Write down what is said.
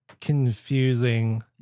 confusing